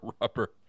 rubber